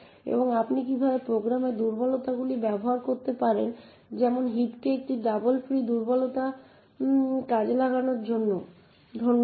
এবং আপনি কীভাবে প্রোগ্রামে দুর্বলতাগুলি ব্যবহার করতে পারেন যেমন হিপকে একটি ডাবল ফ্রি দুর্বলতা কাজে লাগানোর জন্য ধন্যবাদ